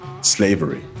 slavery